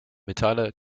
metalle